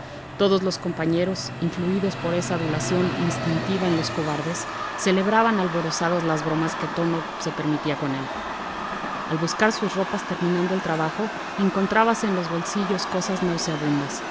todos los compañeros influidos por esa adulación instintiva en los cobardes celebraban alborozados las bromas que tono se permitía con él al buscar sus ropas terminado el trabajo encontrábase en los bolsillos cosas nauseabundas